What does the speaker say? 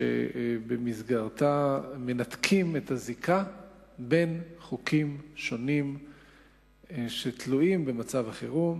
שבמסגרתה מנתקים את הזיקה בין חוקים שונים שתלויים במצב החירום,